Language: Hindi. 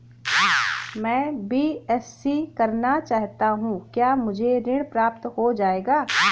मैं बीएससी करना चाहता हूँ क्या मुझे ऋण प्राप्त हो जाएगा?